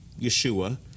Yeshua